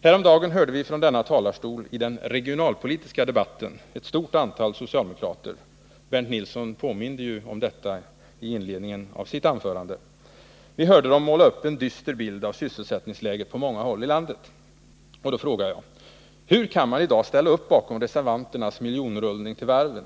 Häromdagen hörde vi från denna talarstol i den regionalpolitiska debatten ett stort antal socialdemokrater — Bernt Nilsson påminde ju om detta i 93 inledningen av sitt anförande — ge en dyster beskrivning av sysselsättningsläget på många håll i landet. Då frågar jag: Hur kan man i dag ställa upp bakom reservanternas miljonrullning till varven?